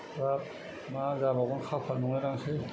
मा जाबावगोन खाफाल नंलायलांनोसै